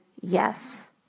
yes